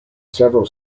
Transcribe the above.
several